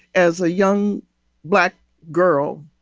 as a young black girl.